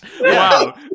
Wow